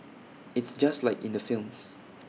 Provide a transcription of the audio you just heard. it's just like in the films